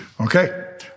Okay